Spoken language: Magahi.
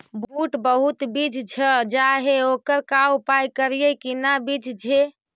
बुट बहुत बिजझ जा हे ओकर का उपाय करियै कि न बिजझे?